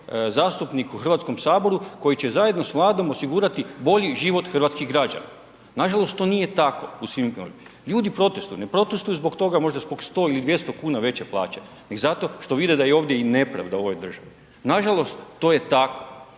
zastupnik u HS koji će zajedno s Vladom osigurati bolji život hrvatskih građana, nažalost to nije tako u svim …/Govornik se ne razumije/…Ljudi protestuju, ne protestuju zbog toga, možda zbog 100 ili 200,00 kn veće plaće, nego zato što vide da je ovdje i nepravda u ovoj državi, nažalost to je tako